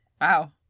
Wow